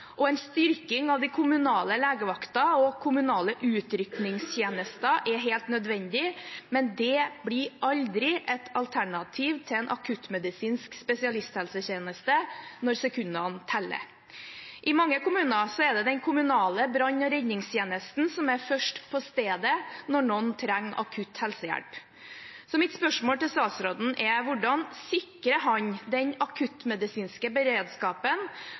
og kommunene trenger mer penger, og en styrking av den kommunale legevakten og den kommunale utrykningstjenesten er helt nødvendig, men det blir aldri et alternativ til en akuttmedisinsk spesialisthelsetjeneste når sekundene teller. I mange kommuner er det den kommunale brann- og redningstjenesten som er først på stedet når noen trenger akutt helsehjelp. Mitt spørsmål til statsråden er: Hvordan sikrer han den akuttmedisinske beredskapen